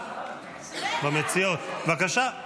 בבקשה.